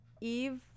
Eve